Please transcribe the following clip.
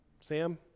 Sam